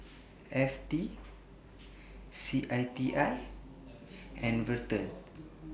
F T C I T I and Vital